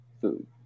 food